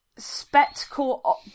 spectacle